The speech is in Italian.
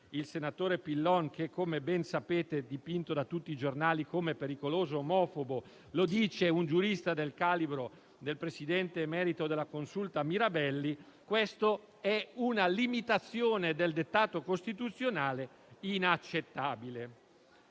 il senatore Pillon che, come ben sapete, è dipinto da tutti i giornali come pericoloso omofobo, ma lo dice un giurista del calibro del presidente emerito della Consulta Mirabelli - si tratta di una limitazione del dettato costituzionale inaccettabile.